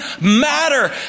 matter